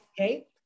okay